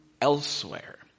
elsewhere